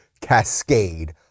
cascade